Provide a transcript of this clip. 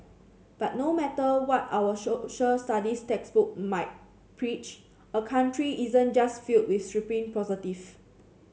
but no matter what our Social Studies textbook might preach a country isn't just filled with supreme positive